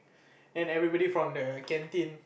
and everybody from the canteen